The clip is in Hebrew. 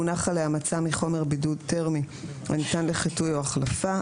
מונח עליה מצע מחומר בידוד תרמי הניתן לחיטוי או החלפה.